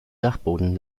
dachboden